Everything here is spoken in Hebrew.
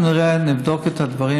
אנחנו נבדוק את הדברים.